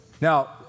Now